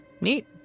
Neat